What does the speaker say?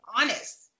honest